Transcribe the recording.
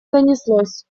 донеслось